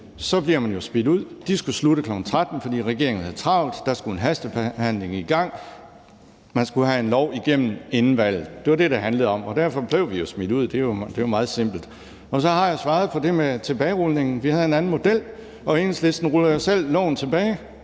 bliver man jo smidt ud. De skulle slutte kl. 13, fordi regeringen havde travlt; der skulle en hastebehandling i gang; man skulle have en lov igennem inden valget. Det var det, det handlede om, og derfor blev vi jo smidt ud. Det er jo meget simpelt. Så har jeg svaret på det med tilbagerulningen: Vi havde en anden model, og Enhedslisten ruller jo selv loven tilbage,